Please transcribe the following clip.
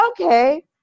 okay